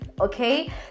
Okay